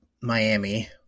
miami